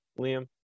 Liam